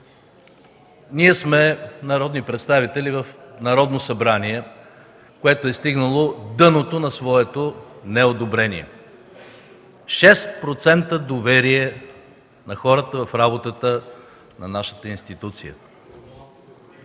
Ние сме народни представители в Народно събрание, което е стигнало дъното на своето неодобрение! Шест процента доверие на хората в работата на нашата институция!